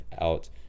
out